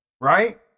right